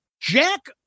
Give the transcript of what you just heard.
Jack